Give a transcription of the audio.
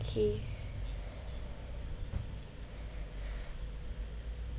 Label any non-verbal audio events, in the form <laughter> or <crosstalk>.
kay <breath>